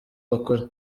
bakora